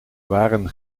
waren